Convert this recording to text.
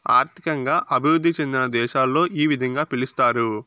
ఆర్థికంగా అభివృద్ధి చెందిన దేశాలలో ఈ విధంగా పిలుస్తారు